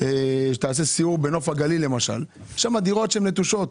תעשה סיור בנוף הגליל יש שם דירות נטושות,